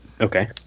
Okay